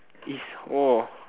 is !woah!